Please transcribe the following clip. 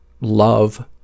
love